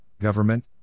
government